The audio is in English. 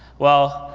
well,